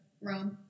Rome